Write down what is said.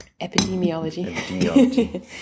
Epidemiology